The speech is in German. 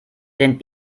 denn